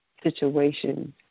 situations